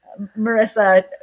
Marissa